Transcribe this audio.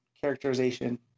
characterization